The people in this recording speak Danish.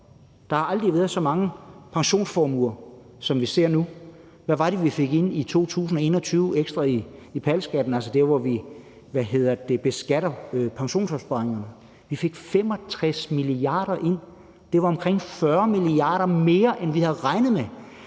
Der har aldrig været så mange pensionsformuer, som vi ser nu. Hvad var det, vi i 2021 fik ind ekstra i PAL-skat, altså beskatningen af pensionsopsparingerne? Vi fik 65 mia. kr. ind. Det var omkring 40 mia. kr. mere, end vi havde regnet med.